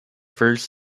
first